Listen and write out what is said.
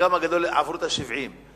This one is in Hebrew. חלקם הגדול עברו את גיל 70,